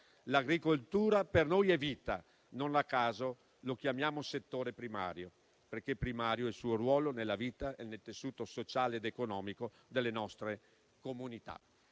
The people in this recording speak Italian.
L'agricoltura per noi è vita e non a caso lo chiamiamo settore primario, perché primario è il suo ruolo nella vita e nel tessuto sociale ed economico delle nostre comunità.